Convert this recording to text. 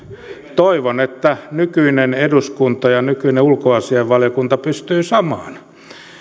toivon että nykyinen eduskunta ja nykyinen ulkoasiainvaliokunta pystyvät samaan